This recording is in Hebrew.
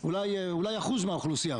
אולי אחוז מהאוכלוסייה,